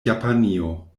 japanio